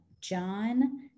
John